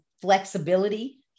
flexibility